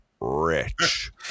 Rich